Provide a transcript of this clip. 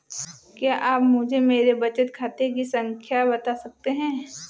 क्या आप मुझे मेरे बचत खाते की खाता संख्या बता सकते हैं?